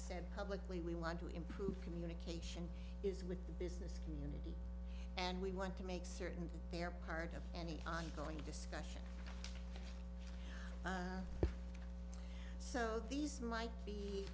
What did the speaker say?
said publicly we want to improve communication is with the business community and we want to make certain they are part of any ongoing discussion so these might be